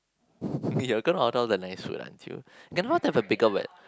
you are gonna order all the nice food aren't you then we ought to have a bigger wed